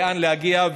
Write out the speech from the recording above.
לאן להגיע,